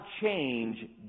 change